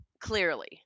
clearly